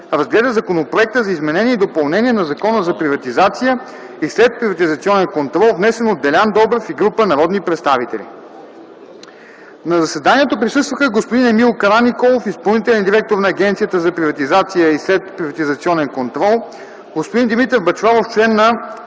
разгледа Законопроекта за изменение и допълнение на Закона за приватизация и следприватизационен контрол, внесен от Делян Добрев и група народни представители. На заседанието присъстваха господин Емил Караниколов – изпълнителен директор на Агенцията за приватизация и следприватизационен контрол, господин Димитър Бъчваров – член на